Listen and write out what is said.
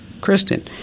Kristen